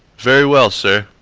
very well, sir.